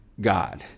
God